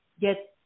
get